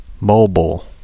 mobile